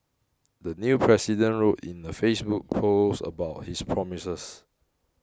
the new president wrote in a Facebook post about his promises